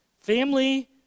Family